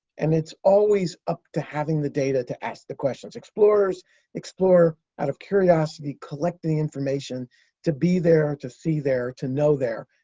and it's always up to having the data to ask the questions. explorers explore out of curiosity, collect the information to be there, to see there, to know there.